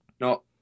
no